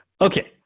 Okay